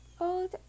Old